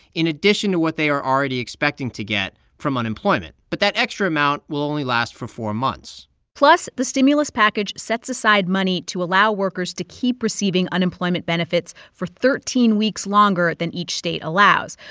in addition to what they are already expecting to get from unemployment. but that extra amount will only last for four months plus, the stimulus package sets aside money to allow workers to keep receiving unemployment benefits for thirteen weeks longer than each state allows,